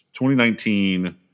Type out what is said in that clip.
2019